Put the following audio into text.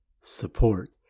support